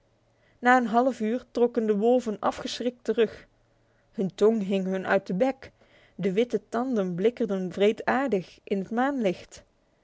na een halfuur trokken de wolven afgeschrikt terug hun tong hing hun uit de bek de witte tanden blikkerden wreedaardig in het maanlicht